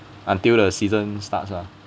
until the season starts ah